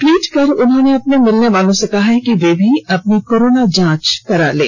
tweet पर उन्होंने अपने मिलने वालों से कहा है कि वे भी अपनी कोरोना जांच करवा लें